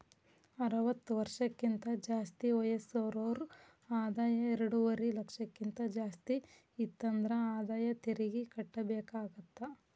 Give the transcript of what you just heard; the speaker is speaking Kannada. ಅರವತ್ತ ವರ್ಷಕ್ಕಿಂತ ಜಾಸ್ತಿ ವಯಸ್ಸಿರೋರ್ ಆದಾಯ ಎರಡುವರಿ ಲಕ್ಷಕ್ಕಿಂತ ಜಾಸ್ತಿ ಇತ್ತಂದ್ರ ಆದಾಯ ತೆರಿಗಿ ಕಟ್ಟಬೇಕಾಗತ್ತಾ